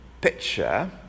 picture